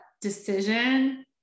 decision